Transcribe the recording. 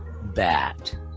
bat